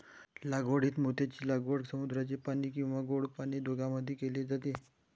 लागवडीत मोत्यांची लागवड समुद्राचे पाणी किंवा गोड पाणी दोघांमध्ये केली जाते